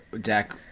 Jack